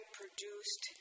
produced